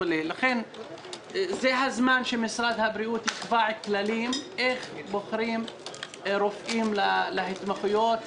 לכן זה הזמן שמשרד הבריאות יקבע כללים איך בוחרים רופאים להתמחויות,